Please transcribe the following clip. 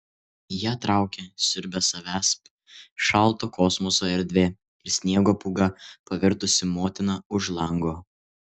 ją traukia siurbia savęsp šalto kosmoso erdvė ir sniego pūga pavirtusi motina už lango